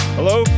Hello